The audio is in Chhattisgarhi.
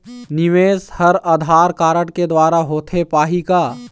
निवेश हर आधार कारड के द्वारा होथे पाही का?